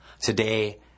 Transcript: Today